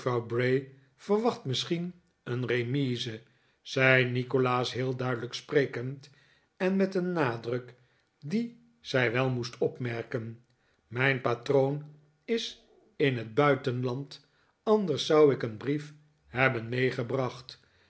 verwacht misschien een remise zei nikolaas heel duidelijk sprekend en met een nadruk dien zij wel moest opmerken mijn patroon is in het buitenland anders zou ik een brief hebben meegebracht